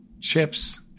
chips